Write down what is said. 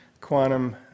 quantum